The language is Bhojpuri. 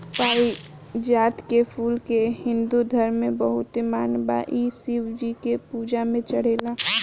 पारिजात के फूल के हिंदू धर्म में बहुते मानल बा इ शिव जी के पूजा में चढ़ेला